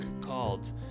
called